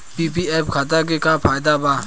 PPF खाता के का फायदा बा?